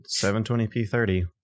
720p30